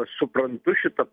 suprantu šita